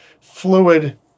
fluid